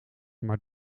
maar